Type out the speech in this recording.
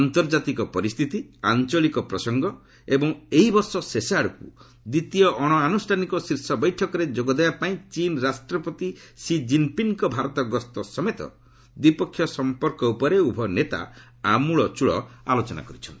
ଆନ୍ତର୍ଜାତିକ ପରିସ୍ଥିତି ଆଞ୍ଚଳିକ ପ୍ରସଙ୍ଗ ଏବଂ ଏହି ବର୍ଷ ଶେଷ ଆଡ଼କୁ ଦ୍ୱିତୀୟ ଅଣଆନୁଷ୍ଠାନିକ ଶୀର୍ଷ ବୈଠକରେ ଯୋଗ ଦେବା ପାଇଁ ଚୀନ୍ ରାଷ୍ଟ୍ରପତି ସି ଜିନ୍ପିଙ୍ଗ୍ଙ୍କ ଭାରତ ଗସ୍ତ ସମେତ ଦ୍ୱିପକ୍ଷିୟ ସମ୍ପର୍କ ଉପରେ ଉଭୟ ନେତା ଆମଳ ଚଳଳ ଆଲୋଚନା କରିଛନ୍ତି